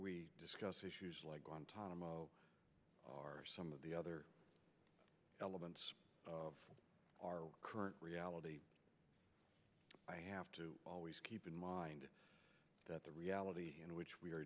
we discuss issues like guantanamo are some of the other elements of our current reality i have to always keep in mind that the reality in which we are